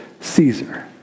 Caesar